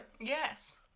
Yes